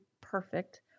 perfect